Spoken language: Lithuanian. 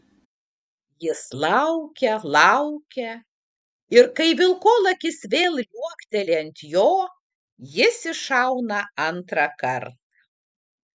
jis laukia laukia ir kai vilkolakis vėl liuokteli ant jo jis iššauna antrąkart